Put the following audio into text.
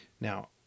Now